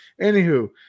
Anywho